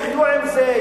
יחיו עם זה,